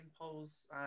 polls